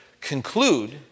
conclude